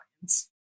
clients